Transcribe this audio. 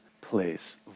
place